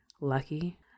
lucky